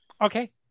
Okay